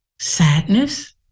sadness